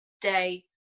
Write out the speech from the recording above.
day